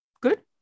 good